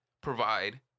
provide